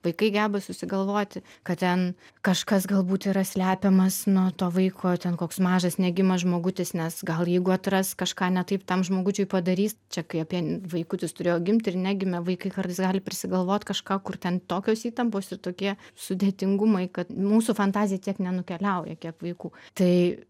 vaikai geba susigalvoti kad ten kažkas galbūt yra slepiamas nuo to vaiko ten koks mažas negimęs žmogutis nes gal jeigu atras kažką ne taip tam žmogučiui padarys čia kai apie vaikutis turėjo gimt ir negimė vaikai kartais gali prisigalvot kažką kur ten tokios įtampos ir tokie sudėtingumai kad mūsų fantazija tiek nenukeliauja kiek vaikų tai